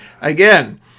Again